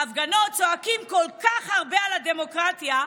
בהפגנות צועקים כל כך הרבה על הדמוקרטיה,